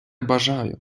бажаю